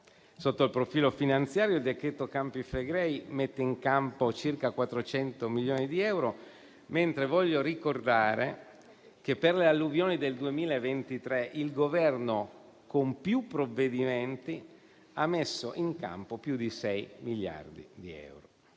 Sotto il profilo finanziario il decreto Campi Flegrei mette in campo circa 400 milioni di euro. Voglio ricordare che per le alluvioni del 2023 il Governo con più provvedimenti ha messo in campo più di 6 miliardi di euro.